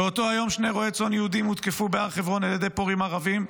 באותו היום שני רועי צאן יהודים הותקפו בהר חברון על ידי פורעים ערבים,